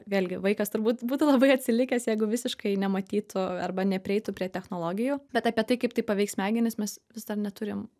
vėlgi vaikas turbūt būtų labai atsilikęs jeigu visiškai nematytų arba neprieitų prie technologijų bet apie tai kaip tai paveiks smegenis mes vis dar neturim